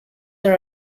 are